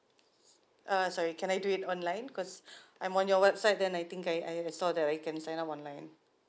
uh sorry can I do it online cause I'm on your website then I think I I saw there I can sign up online